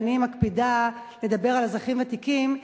ואני מקפידה לדבר על אזרחים ותיקים,